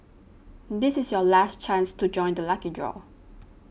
this is your last chance to join the lucky draw